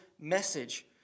message